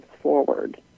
forward